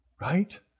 Right